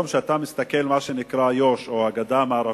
כשאתה מסתכל על מה שנקרא איו"ש, או הגדה המערבית,